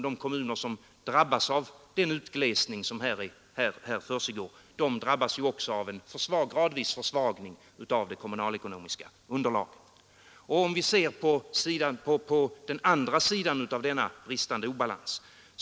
De kommuner som drabbas av den utglesning som här försiggår drabbas nämligen också av en gradvis försvagning av det kommunalekonomiska underlaget. Vi skall inte heller glömma bort den andra sidan av denna bristande balans.